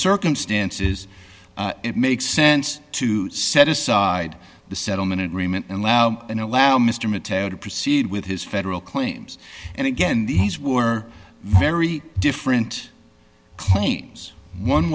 circumstances it makes sense to set aside the settlement agreement and loud and allow mr mattel to proceed with his federal claims and again these were very different claims one